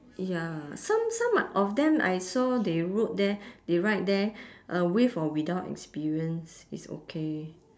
ya some some a~ of them I saw they wrote there they write there uh with or without experience it's okay